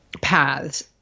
paths